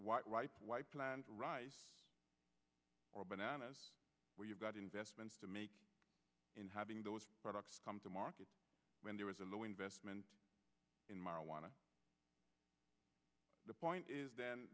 drugs why why plant rice or bananas when you've got investments to make in having those products come to market when there was a low investment in marajuana the point is th